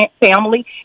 family